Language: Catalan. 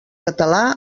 català